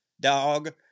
dog